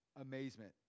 amazement